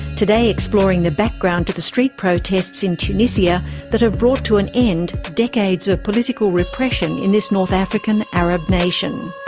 today exploring the background to the street protests in tunisia that have brought to an end decades of political repression in this north african arab nation.